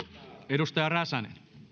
arvoisa